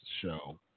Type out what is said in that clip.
show